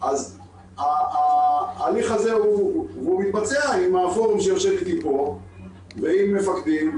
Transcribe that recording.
אז ההליך הזה מתבצע עם הפורום שיושב איתי פה ועם מפקדים,